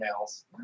emails